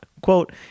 Quote